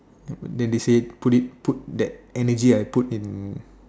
then they say put it put that energy I put in